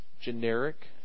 generic